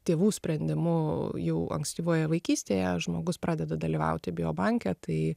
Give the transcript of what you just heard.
tėvų sprendimu jau ankstyvoje vaikystėje žmogus pradeda dalyvauti biobanke tai